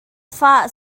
fak